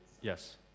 Yes